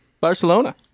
Barcelona